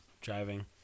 driving